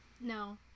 No